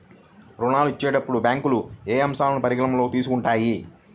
ఋణాలు ఇచ్చేటప్పుడు బ్యాంకులు ఏ అంశాలను పరిగణలోకి తీసుకుంటాయి?